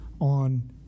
on